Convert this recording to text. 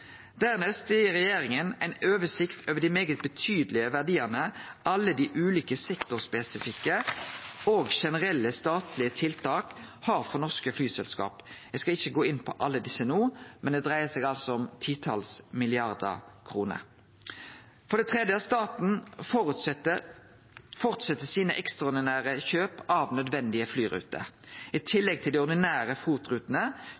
Dernest gir regjeringa ei oversikt over dei svært betydelege verdiane alle dei ulike sektorspesifikke og generelle statlege tiltaka har for norske flyselskap. Eg skal ikkje gå inn på alle desse no, men det dreier seg altså om titals milliardar kroner. For det tredje: Staten fortset sine ekstraordinære kjøp av nødvendige flyruter. I tillegg til